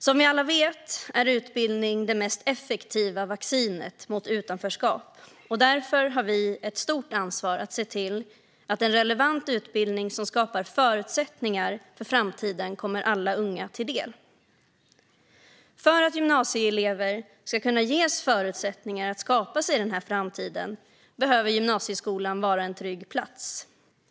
Som vi alla vet är utbildning det mest effektiva vaccinet mot utanförskap, och därför har vi ett stort ansvar för att se till att en relevant utbildning som skapar förutsättningar för framtiden kommer alla unga till del. För att gymnasieelever ska kunna ges förutsättningar att skapa sig denna framtid behöver gymnasieskolan vara en trygg plats.